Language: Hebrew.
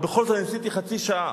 אבל בכל זאת ניסיתי חצי שעה.